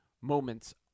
Moments